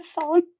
song